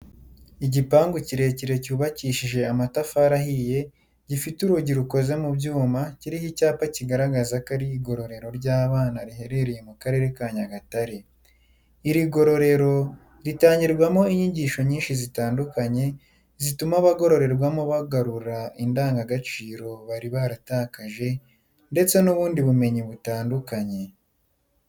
Igipangu kirekire cyubakishije amatafari ahiye, gifite urugi rukoze mu byuma, kiriho icyapa kigaragaza ko ari igororero ry'abana riherereye mu Karere ka Nyagatare. Iri gororero ritangirwamo inyigisho nyishi zitandukanye zituma abagororerwamo bagarura indanga gaciro bari baratakaje ndetse n'ubundi bumenyi butandukanye.